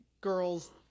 girls